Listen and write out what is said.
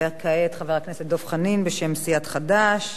וכעת, חבר הכנסת דב חנין, בשם סיעת חד"ש,